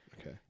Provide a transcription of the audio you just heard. Okay